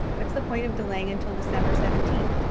what's the point of delaying until december seventeenth?